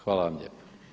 Hvala vam lijepa.